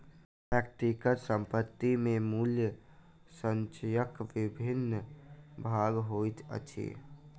व्यक्तिगत संपत्ति के मूल्य संचयक विभिन्न भाग होइत अछि